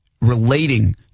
relating